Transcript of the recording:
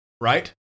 Right